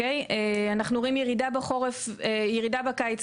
אנחנו רואים ירידה בקיץ,